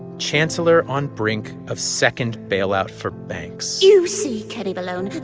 chancellor on brink of second bailout for banks. you see, kenny malone?